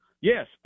yes